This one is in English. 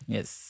Yes